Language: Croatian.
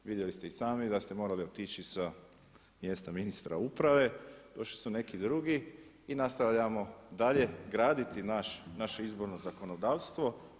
Vidjeli ste i sami da ste morali otići sa mjesta ministra uprave, došli su neki drugi i nastavljamo dalje graditi naše izborno zakonodavstvo.